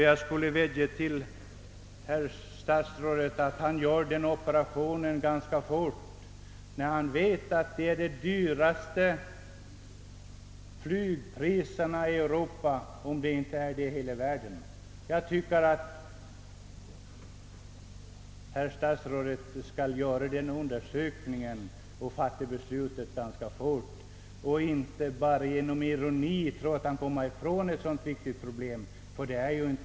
Jag skulle vilja vädja till statsrådet att göra den operationen ganska snart, eftersom vi har de högsta flygpriserna i Europa, om inte i hela världen. Statsrådet bör besluta detta snabbt och inte tro att han bara genom ironi kan komma ifrån ett viktigt problem, ty det är inte